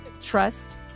trust